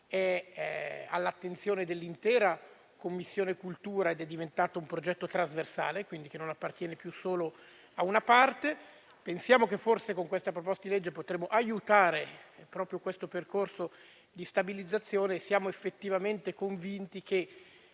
è all'attenzione dell'intera Commissione cultura ed è diventata un progetto trasversale, che non appartiene più quindi solo ad una parte. Pensiamo che forse con questa proposta di legge potremmo aiutare proprio il percorso di stabilizzazione. Siamo effettivamente convinti che,